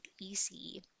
easy